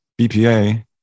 BPA